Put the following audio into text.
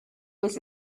was